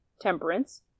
temperance